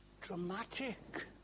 Dramatic